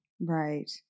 Right